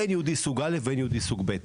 אין יהודי סוג א', ואין יהודי סוג ב'.